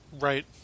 Right